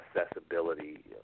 accessibility